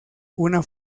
una